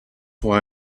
why